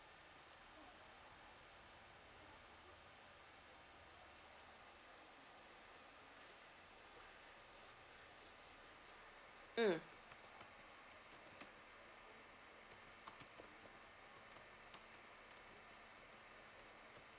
mm